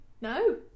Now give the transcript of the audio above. No